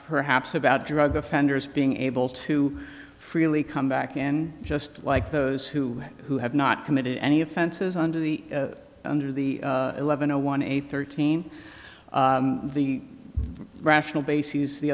perhaps about drug offenders being able to freely come back and just like those who who have not committed any offenses under the under the eleven zero one eight thirteen the rational bases the othe